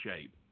shape